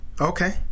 Okay